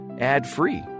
ad-free